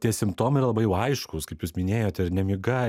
tie simptomai labai jau aiškūs kaip jūs minėjote ir nemiga